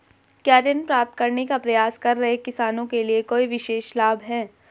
क्या ऋण प्राप्त करने का प्रयास कर रहे किसानों के लिए कोई विशेष लाभ हैं?